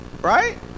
right